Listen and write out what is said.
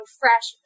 fresh